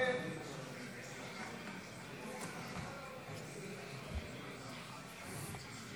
99 לחלופין ג לא נתקבלה.